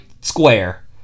square